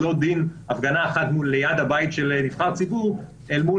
לא דין הפגנה אחת מול בית של נבחר ציבור אל מול